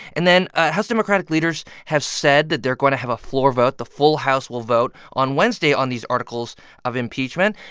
and then ah house democratic leaders have said that they're going to have a floor vote. the full house will vote on wednesday on these articles of impeachment,